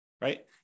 right